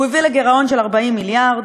הוא הביא לגירעון של 40 מיליארד.